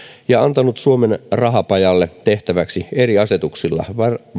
ja antanut suomen rahapajalle tehtäväksi eri asetuksilla